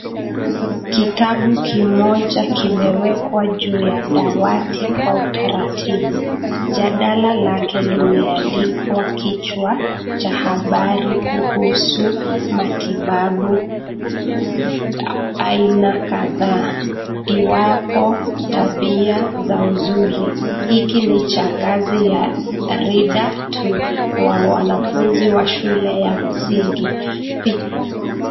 Kitabu kimoja kimewekwa juu ya dawati kwa utaratibu. Jadala lake limeandikwa kichwa cha habari kuhusu matibabu aina kadhaa. Iwapo tabia za uzuri. Hiki ni changazi ya(cs) reader(cs) two(cs) kwa wanafunzi wa shule ya msingi